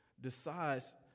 decides